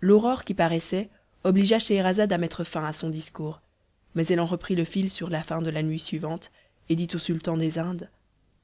l'aurore qui paraissait obligea scheherazade à mettre fin à son discours mais elle en reprit le fil sur la fin de la nuit suivante et dit au sultan des indes